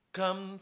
come